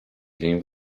dzień